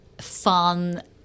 fun